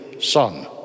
son